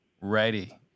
ready